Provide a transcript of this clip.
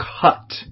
cut